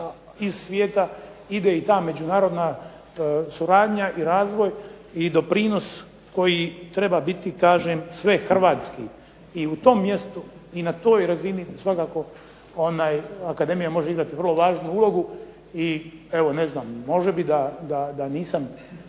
iz svijeta ide i ta međunarodna suradnja i razvoj i doprinos koji treba biti kažem svehrvatski. I u tom mjestu i na toj razini svakako akademija može igrati vrlo važnu ulogu. I, evo ne znam, može biti da nisam